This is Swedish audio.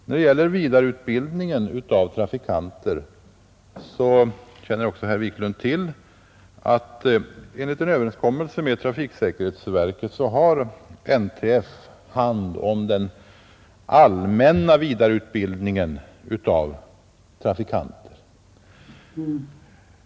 När det gäller vidareutbildningen av trafikanter känner även herr Wiklund till att NTF enligt överenskommelse med trafiksäkerhetsverket har hand om den allmänna vidareutbildningen av trafikanter.